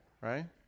Right